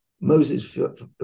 Moses